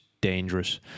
dangerous